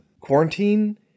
quarantine